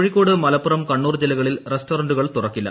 കോഴിക്കോട് മലപ്പുറം കണ്ണൂർ ജില്ലകളിൽ റെസ്റ്റോറന്റുകൾ തുറക്കില്ല